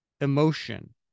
emotion